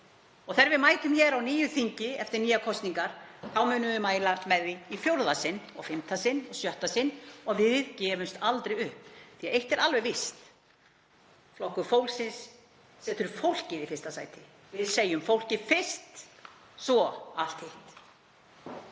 Þegar við mætum hér á nýju þingi, eftir nýjar kosningar, munum við mæla með því í fjórða sinn og í fimmta og sjötta sinn og við gefumst aldrei upp. Því að eitt er alveg víst: Flokkur fólksins setur fólkið í fyrsta sæti. Við segjum: Fólkið fyrst, svo allt hitt.